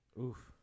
Oof